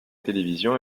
télévision